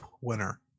winner